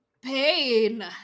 pain